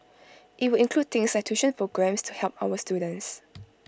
IT will include things like tuition programmes to help our students